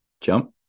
Jump